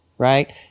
Right